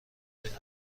برده